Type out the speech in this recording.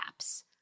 apps